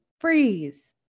freeze